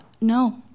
No